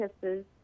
kisses